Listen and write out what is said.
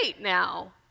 now